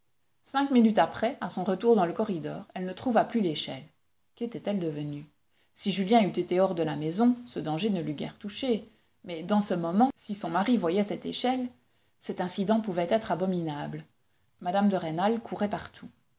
cinq minutes après à son retour dans le corridor elle ne trouva plus l'échelle quétait elle devenue si julien eût été hors de la maison ce danger ne l'eût guère touchée mais dans ce moment si son mari voyait cette échelle cet incident pouvait être abominable mme de rênal courait partout